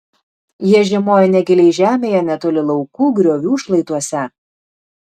jie žiemoja negiliai žemėje netoli laukų griovių šlaituose